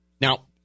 Now